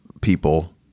people